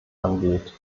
angeht